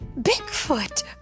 Bigfoot